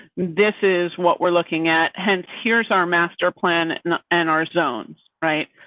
this is what we're looking at and here's our master plan and our zones. right?